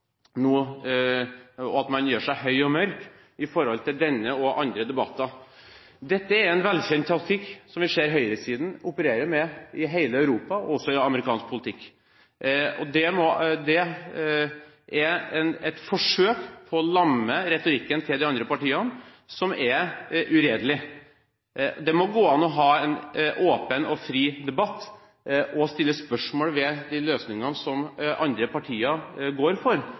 og at man gjør seg høy og mørk i forhold til denne og andre debatter. Dette er en velkjent taktikk som vi ser høyresiden operere med i hele Europa, også i amerikansk politikk. Det er et forsøk på å lamme retorikken til de andre partiene som er uredelig. Det må gå an å ha en åpen og fri debatt og stille spørsmål ved de løsningene som andre partier går for,